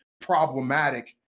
problematic